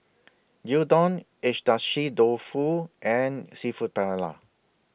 Gyudon Agedashi Dofu and Seafood Paella